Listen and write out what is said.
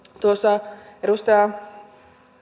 tuossa edustaja